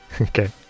Okay